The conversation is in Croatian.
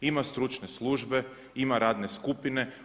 Ima stručne službe, ima radne skupine.